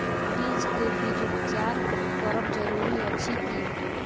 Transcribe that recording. बीज के बीजोपचार करब जरूरी अछि की?